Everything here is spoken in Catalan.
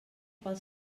pel